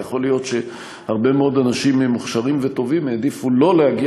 יכול להיות שהרבה מאוד אנשים מוכשרים וטובים העדיפו שלא להגיע